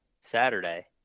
Saturday